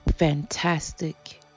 fantastic